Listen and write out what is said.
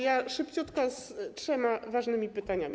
Ja szybciutko z trzema ważnymi pytaniami.